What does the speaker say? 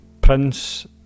Prince